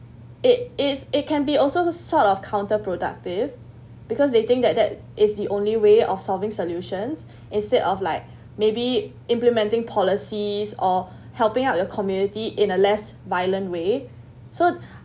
it it's it can be also sort of counter productive because they think that that is the only way of solving solutions instead of like maybe implementing policies or helping out your community in a less violent way so